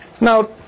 now